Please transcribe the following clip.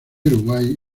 uruguay